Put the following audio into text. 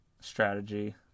strategy